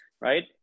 right